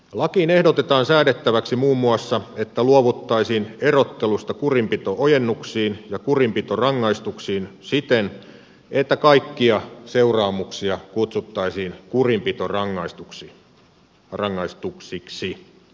lakiin ehdotetaan säädettäväksi muun muassa että luovuttaisiin erottelusta kurinpito ojennuksiin ja kurinpitorangaistuksiin siten että kaikkia seuraamuksia kutsuttaisiin kurinpitorangaistuksiksi